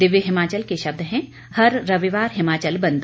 दिव्य हिमाचल के शब्द हैं हर रविवार हिमाचल बंद